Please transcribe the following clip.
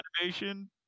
animation